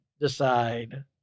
decide